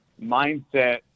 mindset